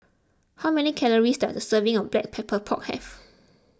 how many calories does a serving of Black Pepper Pork have